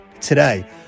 today